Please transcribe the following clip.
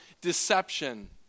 deception